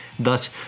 Thus